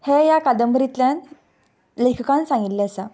हें ह्या कादंबरीतल्यान लेखकान सांगिल्लें आसा